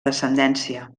descendència